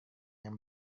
yang